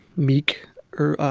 meek or